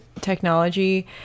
technology